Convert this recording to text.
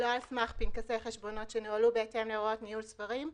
שלא על סמך פנקסי חשבונות שנוהלו בהתאם להוראות ניהול ספרים.